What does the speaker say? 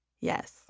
Yes